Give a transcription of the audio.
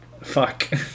Fuck